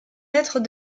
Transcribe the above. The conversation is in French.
lettre